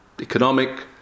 economic